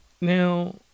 Now